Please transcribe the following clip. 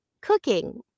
cooking